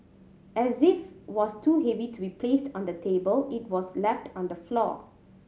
as if was too heavy to be placed on the table it was left on the floor